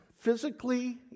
physically